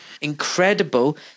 incredible